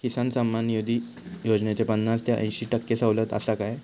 किसान सन्मान निधी योजनेत पन्नास ते अंयशी टक्के सवलत आसा काय?